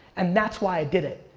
and that's why i did it,